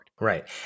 Right